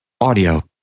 audio